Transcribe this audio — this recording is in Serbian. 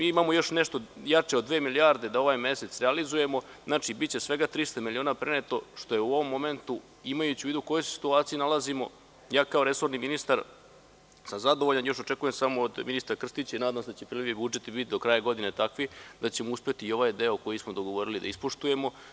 Imamo nešto jače od dve milijarde da ovaj mesec realizujemo, znači biće svega 300 miliona preneto što je u ovom momentu, imajući u vidu u kojoj se situaciji nalazimo, ja kao resorni ministar, sam zadovoljan, još očekujem samo od ministra Krstića, i nadam se da će privi budžet do kraja godine biti takvi, da ćemo uspeti i ovaj deo koji smo dogovorili da ispoštujemo.